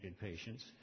patients